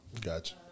Gotcha